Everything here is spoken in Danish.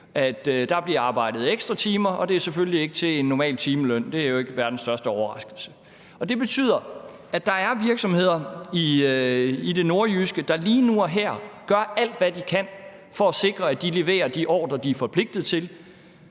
at der bliver arbejdet ekstra timer, og det er selvfølgelig ikke til en normal timeløn. Det er jo ikke verdens største overraskelse. Det betyder, at der er virksomheder i det nordjyske, der lige nu og her gør alt, hvad de kan, for at sikre, at de leverer de ordrer, de er forpligtede til